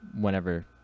whenever